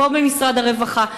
פה ממשרד הרווחה,